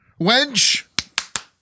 wench